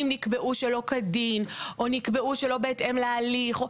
נקבעו שלא כדין או נקבעו שלא בהתאם להליך.